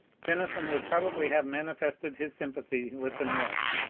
tennyson would probably have manifested his sympathy with the north.